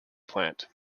plant